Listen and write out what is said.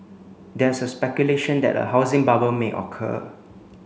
there is speculation that a housing bubble may occur